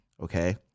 Okay